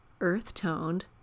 earth-toned